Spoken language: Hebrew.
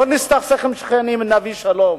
לא נסתכסך עם שכנים, נביא שלום,